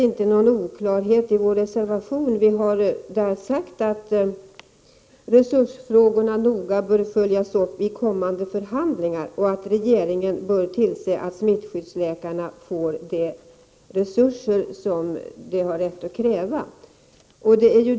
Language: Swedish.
Vi har skrivit att resursfrågorna noga bör ”följas upp i kommande förhandlingar”, och att regeringen bör tillse att smittskyddsläkarna får tillräckliga resurser för sitt arbete.